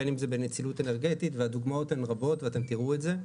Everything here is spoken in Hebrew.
בין אם זה בנצילות אנרגטית והדוגמאות הן רבות ואתם תראו את זה.